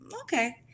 okay